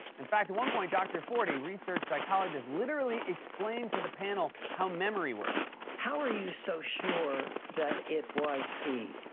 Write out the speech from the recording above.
in fact, at one point, dr. ford, a research psychologist, literally explained to the panel how memory works. how are you so sure that it was he?